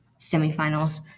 semifinals